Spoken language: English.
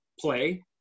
play